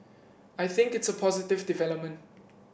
I think it's a positive development